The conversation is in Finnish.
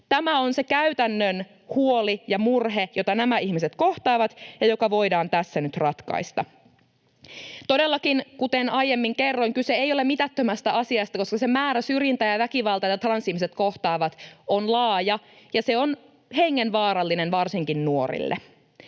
Tämä on se käytännön huoli ja murhe, jota nämä ihmiset kohtaavat ja joka voidaan tässä nyt ratkaista. Todellakin, kuten aiemmin kerroin, kyse ei ole mitättömästä asiasta, koska se määrä syrjintää ja väkivaltaa, jota transihmiset kohtaavat, on laaja ja hengenvaarallinen varsinkin nuorille.